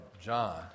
John